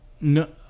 no